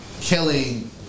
killing